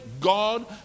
God